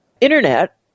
internet